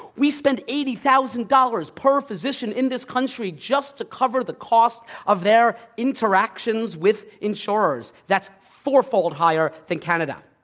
we spend eighty thousand dollars per physician in this country just to cover the cost of their interactions with insurers. that's fourfold higher than canada.